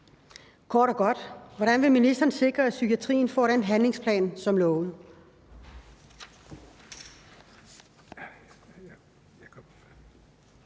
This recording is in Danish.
Kort og godt: Hvordan vil ministeren sikre, at psykiatrien får den handlingsplan som lovet?